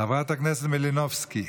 חברת הכנסת מלינובסקי.